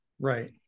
Right